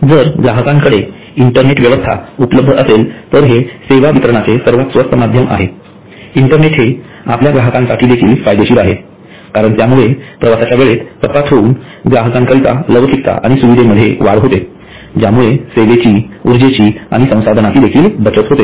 जर ग्राहकांकडे इंटरनेट व्यवस्था उपलब्ध असेल तर हे सेवा वितरणाचे सर्वात स्वस्त माध्यम आहे इंटरनेट हे आपल्या ग्राहकांसाठी देखील फायदेशीर आहे कारण त्यामुळे प्रवासाच्या वेळेत कपात होऊन ग्राहकांकरिता लवचिकताआणि सुविधेमध्ये वाढ होते ज्यामुळे सेवेची ऊर्जेची आणि संसाधनाची देखील बचत होते